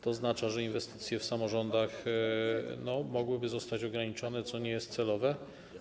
To oznacza, że inwestycje w samorządach mogą zostać ograniczone, co nie jest celowe.